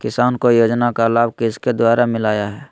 किसान को योजना का लाभ किसके द्वारा मिलाया है?